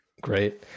Great